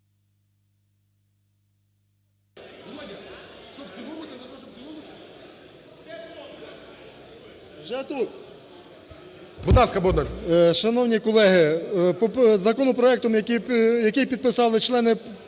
Шановні колеги, законопроектом, який підписали